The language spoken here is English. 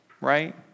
right